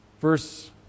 Verse